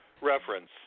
reference